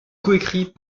coécrit